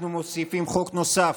אנחנו מוסיפים חוק נוסף,